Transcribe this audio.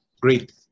great